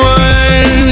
one